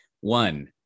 One